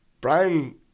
Brian